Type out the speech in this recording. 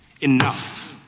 enough